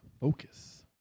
focus